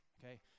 Okay